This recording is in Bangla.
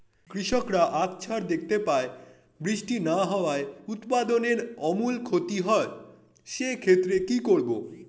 কৃষকরা আকছার দেখতে পায় বৃষ্টি না হওয়ায় উৎপাদনের আমূল ক্ষতি হয়, সে ক্ষেত্রে কি করব?